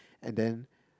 and then